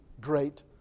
great